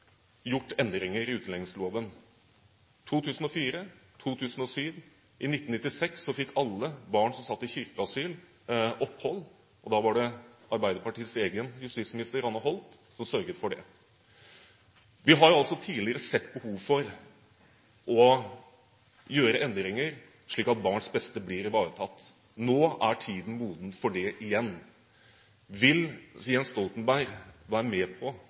gjort endringer i utlendingsloven – i 2004 og i 2007. I 1996 fikk alle barn som satt i kirkeasyl, opphold. Det var Arbeiderpartiets egen justisminister, Anne Holt, som sørget for det. Vi har altså tidligere sett behov for å gjøre endringer slik at barns beste blir ivaretatt. Nå er tiden moden for det igjen. Vil Jens Stoltenberg være med på